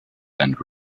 and